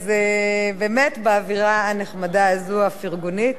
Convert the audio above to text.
אז באמת באווירה הנחמדה הזו, הפרגונית,